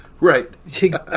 right